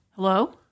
Hello